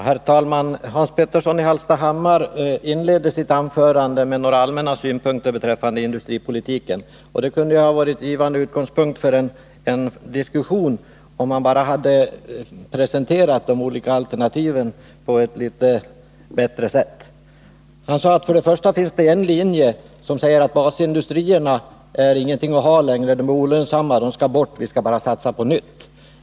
Herr talman! Hans Petersson i Hallstahammar inledde sitt anförande med några allmänna synpunkter på industripolitiken. Det kunde ha varit en givande utgångspunkt för en diskussion, om han bara hade presenterat de olika alternativen på ett litet bättre sätt. Hans Petersson menade att det första alternativet betyder att basindustri erna inte längre är någonting att ha: de är olönsamma, de skall bort, vi skall bara satsa på nytt.